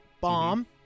Bomb